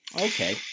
Okay